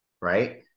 Right